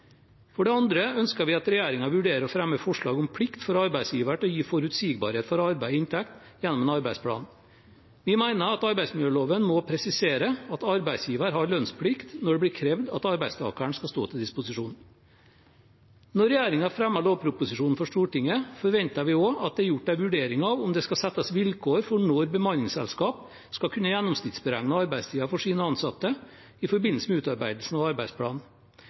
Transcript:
For det andre ønsker vi at regjeringen vurderer å fremme forslag om plikt for arbeidsgiver til å gi forutsigbarhet for arbeid og inntekt gjennom en arbeidsplan. Vi mener at arbeidsmiljøloven må presisere at arbeidsgiver har lønnsplikt når det blir krevd at arbeidstakeren skal stå til disposisjon. Når regjeringen fremmer lovproposisjonen for Stortinget, forventer vi også at det er gjort en vurdering av om det skal settes vilkår for når bemanningsselskap skal kunne gjennomsnittsberegne arbeidstiden for sine ansatte i forbindelse med utarbeidelsen av arbeidsplanen.